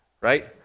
right